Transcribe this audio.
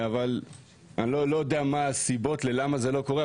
לא יודע למה זה לא קורה.